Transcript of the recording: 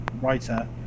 writer